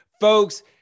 folks